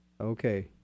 Okay